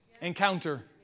Encounter